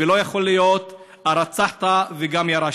ולא יכול להיות "הרצחת וגם ירשת".